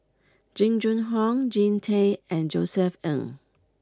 Jing Jun Hong Jean Tay and Josef Ng